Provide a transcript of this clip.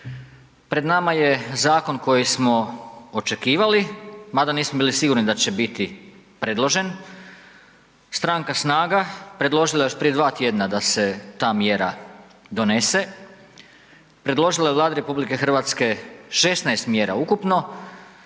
Pred nama je zakon koji smo očekivali, mada nismo bili sigurni da će biti predložen. Stranka SNAGA predložila je još prije dva tjedna da se ta mjera donese, predložila je Vladi RH 16 mjera ukupno